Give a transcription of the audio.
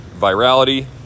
virality